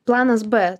planas b